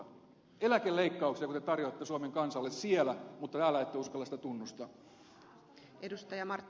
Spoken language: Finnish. eläkeleikkauksiako te tarjoatte suomen kansalle siellä mutta täällä ette uskalla sitä tunnustaa